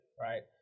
Right